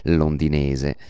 londinese